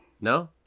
No